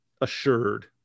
assured